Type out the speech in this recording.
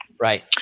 Right